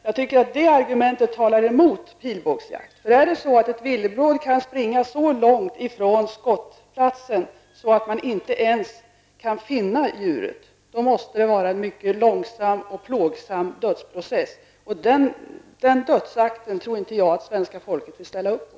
Jag tycker att det argumentet talar emot pilbågsjakt. Kan ett villebråd springa så långt från skottplatsen att man inte ens kan finna djuret, måste det bli en mycket långsam och plågsam dödsprocess. Den dödsakten tror jag inte att svenska folket ställer upp på.